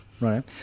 Right